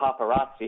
paparazzi